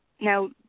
Now